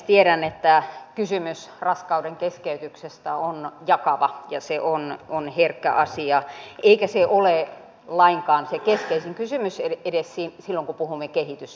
tiedän että kysymys raskaudenkeskeytyksestä on jakava ja se on herkkä asia eikä se ole lainkaan se keskeisin kysymys edes silloin kun puhumme kehitysyhteistyöstä